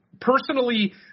Personally